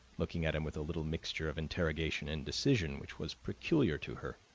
looking at him with a little mixture of interrogation and decision which was peculiar to her.